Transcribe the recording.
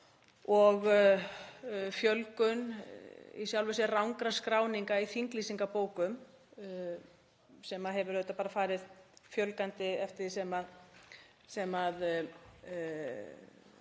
og fjölgun í sjálfu sér rangra skráninga í þinglýsingarbókum, þeim hefur bara farið fjölgandi eftir því